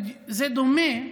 זה דומה,